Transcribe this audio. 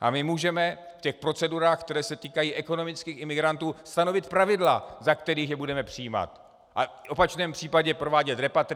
a my můžeme v těch procedurách, které se týkají ekonomických imigrantů, stanovit pravidla, za kterých je budeme přijímat a v opačném případě provádět repatriace.